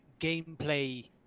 gameplay